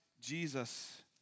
Jesus